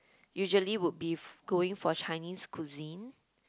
usually would be f~ going for Chinese cuisine